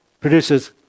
produces